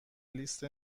لیست